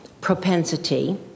propensity